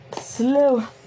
slow